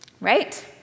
right